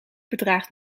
bedraagt